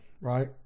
Right